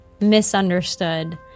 misunderstood